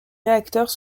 réacteurs